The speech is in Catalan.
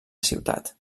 ciutat